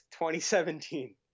2017